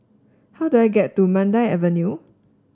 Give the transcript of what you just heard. how do I get to Mandai Avenue